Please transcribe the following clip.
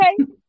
Okay